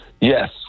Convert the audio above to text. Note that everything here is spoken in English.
Yes